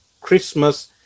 Christmas